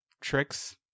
tricks